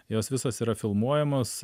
jos visos yra filmuojamos